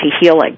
healing